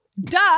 duh